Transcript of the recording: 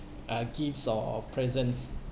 uh gifts or or presents